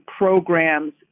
programs